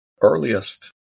earliest